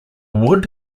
wood